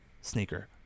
sneaker